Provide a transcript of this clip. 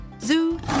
Zoo